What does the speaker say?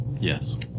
Yes